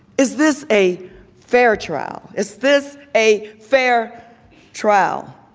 is this a fair trial? is this a fair trial?